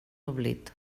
oblit